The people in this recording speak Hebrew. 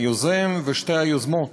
היוזם והיוזמות